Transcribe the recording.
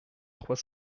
trois